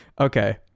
Okay